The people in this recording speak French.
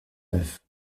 neuf